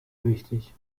wichtig